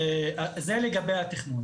זה לגבי התכנון.